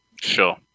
Sure